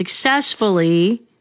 successfully